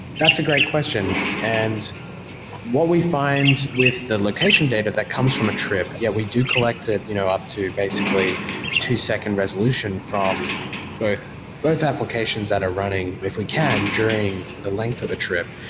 that's a great question. and what we find with the location data that comes from a trip, yeah, we do collect it you know up to basically two second resolution from both both applications that are running if we can during the length of a trip.